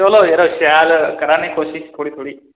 चलो यरो शैल करा ने कोशिश थोह्ड़ी थोह्ड़ी